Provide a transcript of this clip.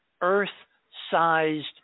Earth-sized